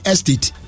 Estate